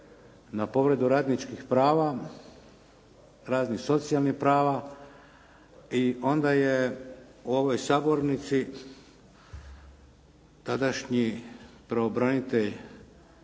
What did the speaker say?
na povredi radničkih prava, radno socijalnih prava i onda je u ovoj sabornici tadašnji pravobranitelj